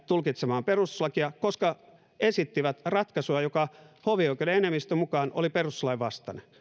tulkitsemaan perustuslakia koska esitti ratkaisua joka hovioikeuden enemmistön mukaan oli perustuslain